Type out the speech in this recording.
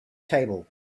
table